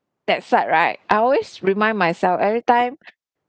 that's why right I always remind myself every time